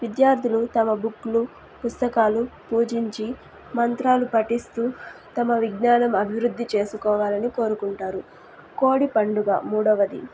విద్యార్థులు తమ బుక్లు పుస్తకాలు పూజించి మంత్రాలు పటిస్తూ తమ విజ్ఞానం అభివృద్ధి చేసుకోవాలని కోరుకుంటారు కోడి పండుగ మూడవది